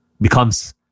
becomes